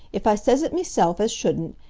if i sez it mesilf as shouldn't,